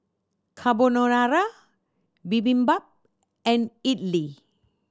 Carbonara Bibimbap and Idili